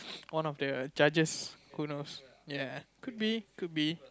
one of the judges who knows ya could be could be